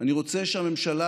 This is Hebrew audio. "אני רוצה שהממשלה,